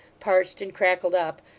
parched and crackled up,